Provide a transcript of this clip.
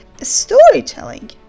Storytelling